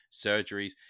surgeries